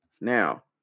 Now